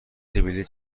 بلیط